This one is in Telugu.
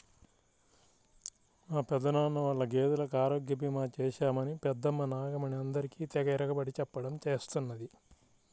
మా పెదనాన్న వాళ్ళ గేదెలకు ఆరోగ్య భీమా చేశామని పెద్దమ్మ నాగమణి అందరికీ తెగ ఇరగబడి చెప్పడం చేస్తున్నది